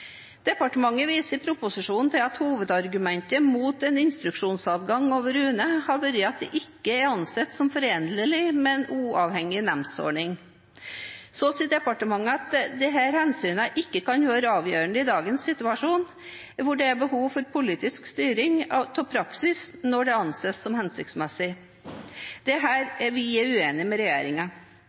Departementet viser i proposisjonen til at hovedargumentet mot en instruksjonsadgang over UNE har vært at dette ikke er ansett som forenlig med en uavhengig nemndordning. Så sier departementet at disse hensynene ikke kan være avgjørende i dagens situasjon, hvor det er behov for politisk styring av praksis når det anses hensiktsmessig. Det er her vi er uenige med